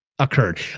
occurred